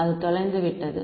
அது தொலைந்துவிட்டது